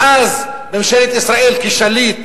ואז ממשלת ישראל כשליט,